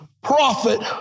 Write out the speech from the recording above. prophet